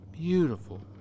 Beautiful